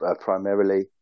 primarily